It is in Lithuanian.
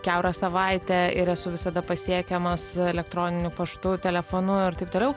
kiaurą savaitę ir esu visada pasiekiamas elektroniniu paštu telefonu ir taip toliau